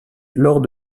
lors